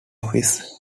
office